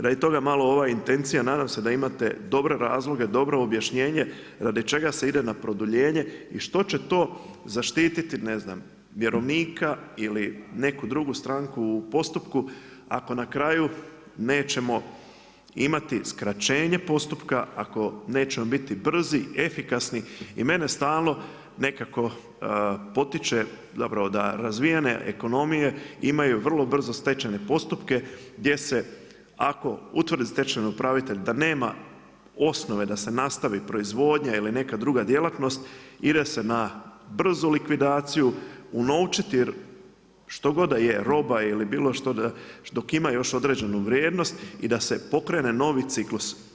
Radi toga malo ova intencija, nadam se da imate dobre razloge, dobro objašnjenje, radi čega se ide na produljenje i što će to zaštiti vjerovnika ili neku drugu stranku u postupku, ako na kraju nećemo imati skraćenje postupka, ako nećemo biti brzi, efikasni i mene stalno nekako potiče, zapravo da razvijena ekonomije imaju vrlo brzo stečajne postupke, gdje se ako utvrdi stečajni upravitelj da nema osnovne da se nastavi proizvodnja ili neka druga djelatnost ide se na brzu likvidaciju, unovčiti, jer što god da je roba ili bilo što, dok ima još određenu vrijednost i da se pokrene novi ciklus.